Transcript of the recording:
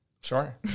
Sure